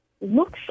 looks